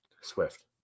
Swift